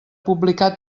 publicar